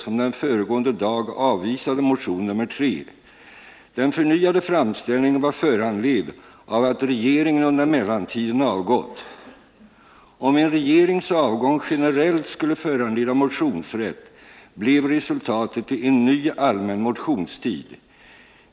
Om en regerings avgång generellt skulle föranleda motionsrätt blev resultatet en ny allmän motionstid.